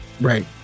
Right